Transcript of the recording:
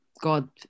God